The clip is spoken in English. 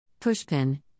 pushpin